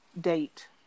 date